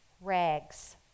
rags